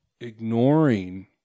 ignoring